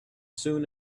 soon